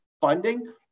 funding